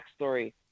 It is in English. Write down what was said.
backstory